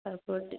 তারপরে